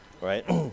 right